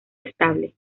estable